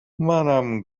منم